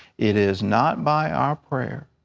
it is not by our prayers.